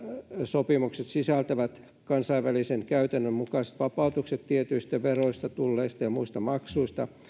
sopimukset sisältävät kansainvälisen käytännön mukaiset vapautukset tietyistä veroista tulleista ja muista maksuista